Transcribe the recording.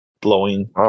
blowing